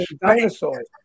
dinosaurs